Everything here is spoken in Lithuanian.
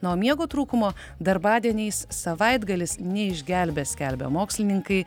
nuo miego trūkumo darbadieniais savaitgalis neišgelbės skelbia mokslininkai